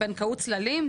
בנקאות צללים.